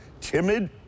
timid